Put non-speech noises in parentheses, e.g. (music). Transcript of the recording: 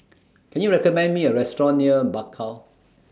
Can YOU recommend Me A Restaurant near Bakau (noise)